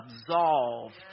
absolved